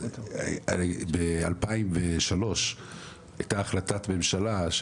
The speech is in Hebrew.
ב-2003 הייתה החלטת ממשלה,